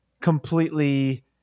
completely